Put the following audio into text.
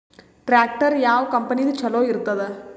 Tractor ಯಾವ ಕಂಪನಿದು ಚಲೋ ಇರತದ?